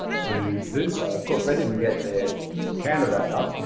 to do so. of course, they didn't get their candidate up.